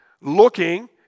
Looking